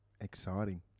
exciting